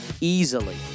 easily